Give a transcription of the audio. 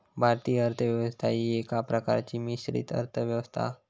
भारतीय अर्थ व्यवस्था ही एका प्रकारची मिश्रित अर्थ व्यवस्था हा